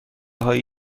هایی